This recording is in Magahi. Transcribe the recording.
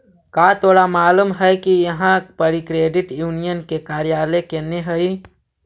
का तोरा मालूम है कि इहाँ पड़ी क्रेडिट यूनियन के कार्यालय कने हई?